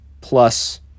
plus